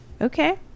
okay